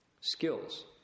skills